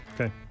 Okay